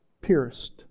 pierced